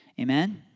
Amen